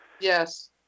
Yes